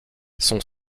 son